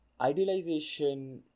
Idealization